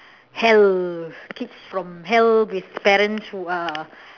hell kids from hell with parents who are